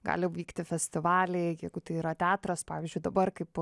gali vykti festivaliai jeigu tai yra teatras pavyzdžiui dabar kaip